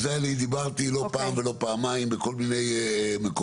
על זה אני דיברתי לא פעם ולא פעמיים בכל מיני מקומות